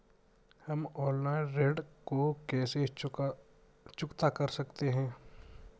हम ऑनलाइन ऋण को कैसे चुकता कर सकते हैं?